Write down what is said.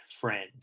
Friend